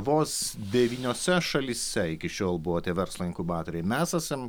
vos devyniose šalyse iki šiol buvo tie verslo inkubatoriai mes esam